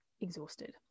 exhausted